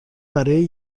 برای